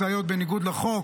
משאיות בניגוד לחוק.